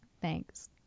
thanks